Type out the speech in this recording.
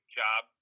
job